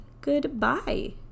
Goodbye